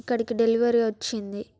ఇక్కడికి డెలివరీ వచ్చింది